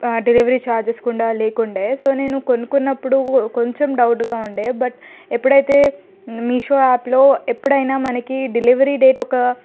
delivery charges కుడా లేకుండా so నేను కొనుక్కున్నప్పుడు కొంచెం డౌట్గా ఉండే బట్ ఎప్పుడైతే మీషో యాప్లో ఎప్పుడైనా మనకి డెలివరీ డేట్ ఒక